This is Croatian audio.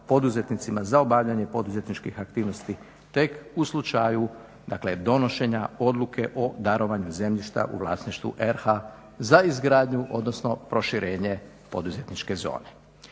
za obavljanje poduzetničkih aktivnosti tek u slučaju donošenja odluke o darovanju zemljišta u vlasništvu RH za izgradnju, odnosno proširenje poduzetničke zone.